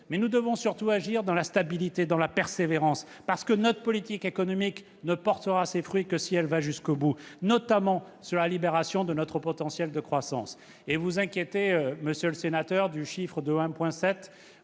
Nous devons surtout agir dans la stabilité et la persévérance, parce que notre politique économique ne portera ses fruits que si elle va jusqu'au bout, notamment concernant la libération de notre potentiel de croissance. Vous vous inquiétez, monsieur le sénateur, du taux de 1,7